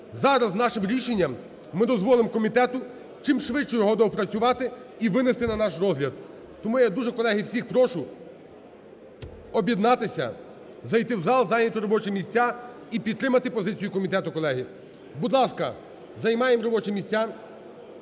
Зараз нашим рішення ми дозволимо комітету чим швидше його доопрацювати і винести на наш розгляд. Тому я дуже, колеги, всіх прошу об'єднатися, зайти в зал, зайняти робочі місця – і підтримати позицію комітету, колеги. Будь ласка, займаємо робочі місця.